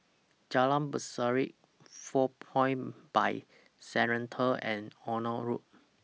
Jalan Berseri four Points By Sheraton and Onan Road